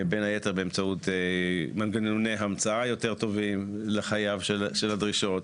בין היתר באמצעות מנגנוני המצאה יותר טובים לחייב של הדרישות,